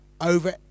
over